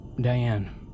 Diane